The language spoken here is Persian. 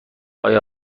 آیا